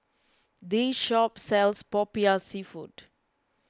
this shop sells Popiah Seafood